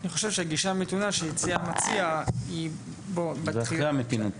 אני חושב שגישה מתונה שהציע המציע היא אחרי המתינות.